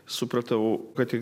supratau kad egzis